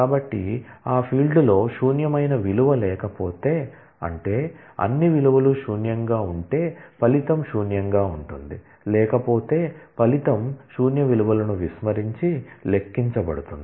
కాబట్టి ఆ ఫీల్డ్లో శూన్యమైన విలువ లేకపోతే అంటే అన్ని విలువలు శూన్యంగా ఉంటే ఫలితం శూన్యంగా ఉంటుంది లేకపోతే ఫలితం శూన్య విలువలను విస్మరించి లెక్కించబడుతుంది